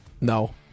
No